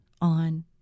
on